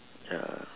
ya